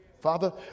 Father